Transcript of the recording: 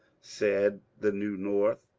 said the new north.